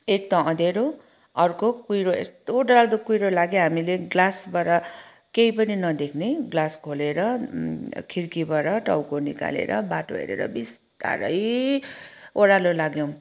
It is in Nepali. एक त अँध्यारो अर्को कुहिरो यस्तो डरलाग्दो कुहिरो लाग्यो हामीले ग्लासबाट केही पनि नदेख्ने ग्लास खोलेर खिड्कीबाट टाउको निकालेर बाटो हेरेर बिस्तारै ओह्रालो लाग्यौँ